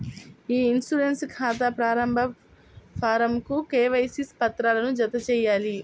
ఇ insurance ఖాతా ప్రారంభ ఫారమ్కు కేవైసీ పత్రాలను జతచేయాలి